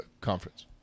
conference